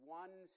one